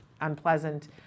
unpleasant